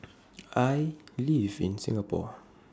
I live in Singapore